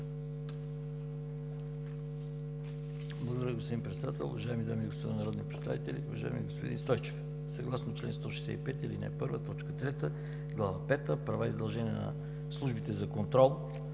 Благодаря, господин Председател. Уважаеми дами и господа народни представители, уважаеми господин Стойчев, съгласно чл. 165, ал. 1, т. 3, Глава пета „Права и задължения на службите за контрол“